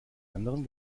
anderen